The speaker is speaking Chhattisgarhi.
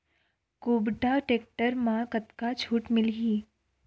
कुबटा टेक्टर म कतका छूट मिलही?